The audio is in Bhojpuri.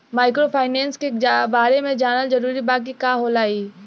माइक्रोफाइनेस के बारे में जानल जरूरी बा की का होला ई?